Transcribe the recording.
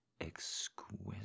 exquisite